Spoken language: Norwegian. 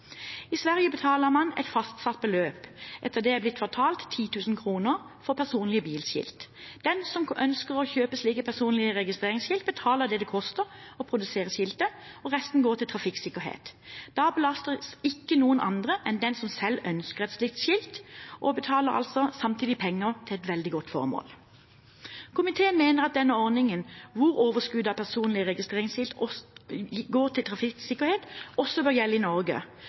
I Sverige betaler man et fastsatt beløp, etter det jeg har blitt fortalt, 10 000 kr, for personlige bilskilt. Den som ønsker å kjøpe slike personlige registreringsskilt, betaler det det koster å produsere skiltet, og resten går til trafikksikkerhet. Da belastes ingen andre enn den som selv ønsker et slikt skilt, og man betaler samtidig penger til et veldig godt formål. Komiteen mener at denne ordningen, hvor overskudd av personlige registreringsskilt går til trafikksikkerhet, bør gjelde også i Norge.